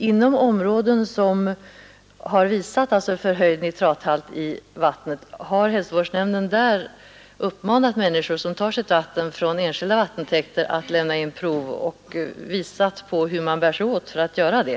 Har hälsovårdsnämnden inom områden som visat förhöjd nitrathalt uppmanat människor som tar sitt vatten från enskilda vattentäkter att lämna in prov och har man upplyst om hur de skall bära sig åt för att göra det?